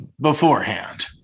beforehand